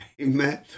Amen